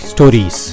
Stories